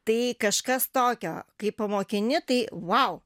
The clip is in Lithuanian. tai kažkas tokio kai pamokini tai vau